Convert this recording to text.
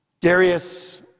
Darius